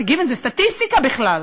זה סטטיסטיקה בכלל,